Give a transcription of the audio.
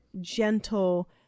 gentle